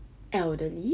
elderly